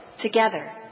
together